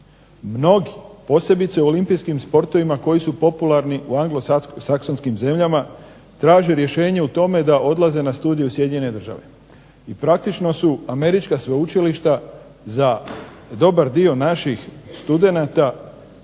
Mnogi, posebice u olimpijskim sportovima koji su popularni u anglosaksonskim zemljama traže rješenje u tome da odlaze na studij u Sjedinjene Države, i praktično su američka sveučilišta za dobar dio naših studenata,